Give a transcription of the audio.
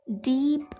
deep